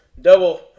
double